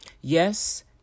Yes